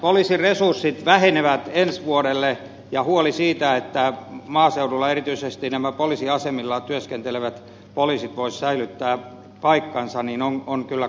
poliisin resurssit vähenevät ensi vuodelle ja huoli siitä että maaseudulla erityisesti nämä poliisiasemilla työskentelevät poliisit voisivat säilyttää paikkansa on kyllä kova